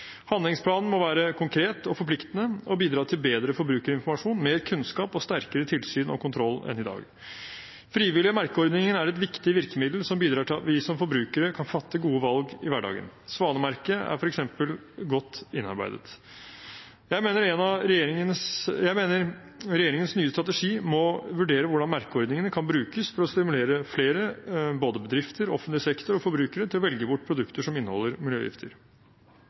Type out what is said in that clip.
Handlingsplanen må være konkret og forpliktende og bidra til bedre forbrukerinformasjon, mer kunnskap og sterkere tilsyn og kontroll enn i dag. Frivillige merkeordninger er et viktig virkemiddel, som bidrar til at vi som forbrukere kan fatte gode valg i hverdagen. Svanemerket er f.eks. godt innarbeidet. Jeg mener regjeringen i sin nye strategi må vurdere hvordan merkeordningene kan brukes for å stimulere flere – både bedrifter, offentlig sektor og forbrukere – til å velge bort produkter som inneholder miljøgifter.